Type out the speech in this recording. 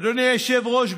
אדוני היושב-ראש,